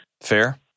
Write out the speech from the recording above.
Fair